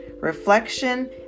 reflection